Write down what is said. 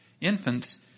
Infants